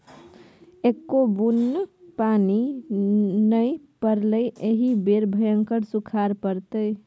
एक्को बुन्न पानि नै पड़लै एहि बेर भयंकर सूखाड़ पड़तै